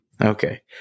Okay